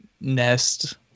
nest